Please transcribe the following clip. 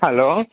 hello